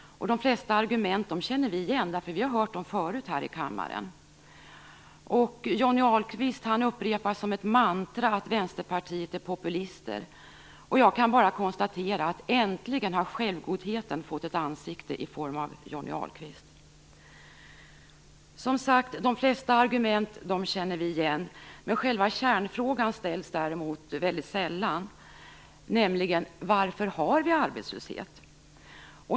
De flesta argumenten känner vi igen, därför att vi har hört dem förut här i kammaren. Johnny Ahlqvist upprepar som ett mantra att Vänsterpartiet är populistiskt. Jag kan bara konstatera att äntligen har självgodheten fått ett ansikte genom Johnny Ahlqvist. De flesta argument känner vi som sagt igen, men själva kärnfrågan ställs däremot väldigt sällan, nämligen: Varför har vi arbetslöshet?